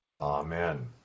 Amen